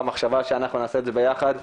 המחשבה שאנחנו נעשה את זה ביחד,